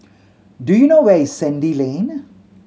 do you know where is Sandy Lane